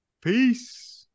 peace